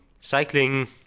cycling